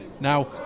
Now